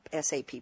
SAP